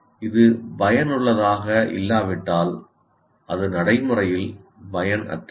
இது பயனுள்ளதாக இல்லாவிட்டால் அது நடைமுறையில் பயனற்றது